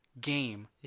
game